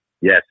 Yes